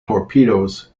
torpedoes